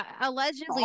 allegedly